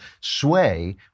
sway